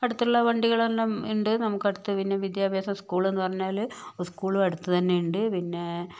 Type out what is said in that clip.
അടുത്തുള്ള വണ്ടികളെല്ലാം ഉണ്ട് നമുക്ക് അടുത്ത് പിന്നെ വിദ്യാഭാസം സ്കൂള്ന്നു പറഞ്ഞാല് സ്കൂളും അടുത്ത് തന്നെയുണ്ട് പിന്നെ